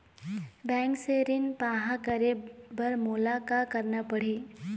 Bank से ऋण पाहां करे बर मोला का करना पड़ही?